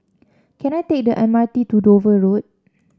can I take the M R T to Dover Road